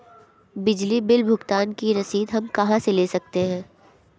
बिजली बिल भुगतान की रसीद हम कहां से ले सकते हैं?